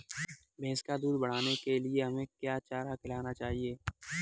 भैंस का दूध बढ़ाने के लिए हमें क्या चारा खिलाना चाहिए?